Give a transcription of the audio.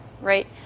right